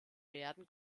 werden